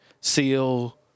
seal